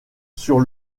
sur